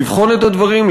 לבחון את הדברים,